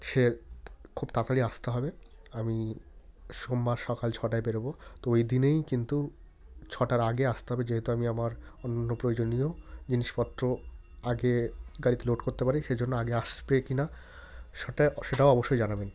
খুব তাড়াতাড়ি আসতে হবে আমি সোমবার সকাল ছটায় বেরোবো তো ওই দিনেই কিন্তু ছটার আগে আসতে হবে যেহেতু আমি আমার অন্যান্য প্রয়োজনীয় জিনিসপত্র আগে গাড়িতে লোড করতে পারি সেই জন্য আগে আসবে কি না সেটা সেটাও অবশ্যই জানাবেন